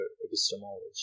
epistemology